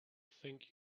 think